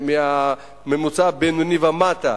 למשפחות בממוצע בינוני ומטה,